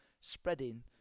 spreading